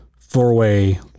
four-way